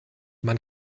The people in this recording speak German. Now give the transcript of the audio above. man